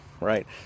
right